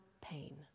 pain